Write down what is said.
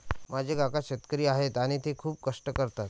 माझे काका शेतकरी आहेत आणि ते खूप कष्ट करतात